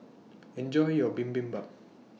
Enjoy your Bibimbap